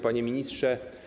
Panie Ministrze!